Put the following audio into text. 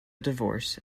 divorce